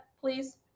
please